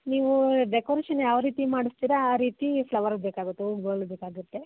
ನೀವು ಡೆಕೊರೇಷನ್ ಯಾವ ರೀತಿ ಮಾಡಿಸ್ತೀರ ಆ ರೀತಿ ಫ್ಲವರ್ ಬೇಕಾಗುತ್ತೆ ಹೂಗಳು ಬೇಕಾಗುತ್ತೆ